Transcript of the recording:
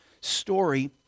story